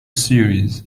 series